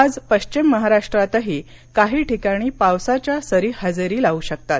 आज पश्चिम महाराष्ट्रातही काही ठिकाणी पावसाच्या सरी हजेरी लावू शकतात